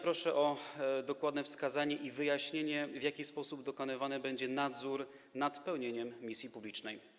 Proszę o dokładne wskazanie i wyjaśnienie, w jaki sposób dokonywany będzie nadzór nad pełnieniem misji publicznej.